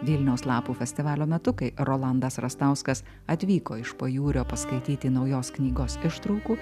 vilniaus lapų festivalio metu kai rolandas rastauskas atvyko iš pajūrio paskaityti naujos knygos ištraukų